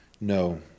No